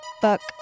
Fuck